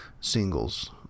singles